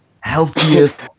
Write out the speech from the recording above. healthiest